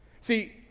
See